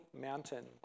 mountain